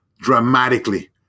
dramatically